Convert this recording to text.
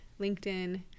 linkedin